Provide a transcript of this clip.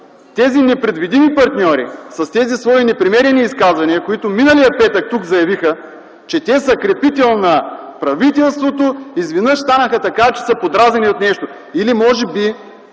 Тези непредвидими партньори със своите непремерени изказвания, които миналия петък заявиха тук, че са крепител на правителството, изведнъж стана така, че са подразнени от нещо. Или може би